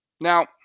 Now